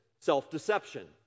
Self-deception